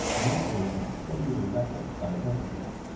enabling a steadier level of attentiveness.